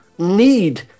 need